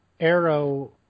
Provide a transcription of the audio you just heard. Arrow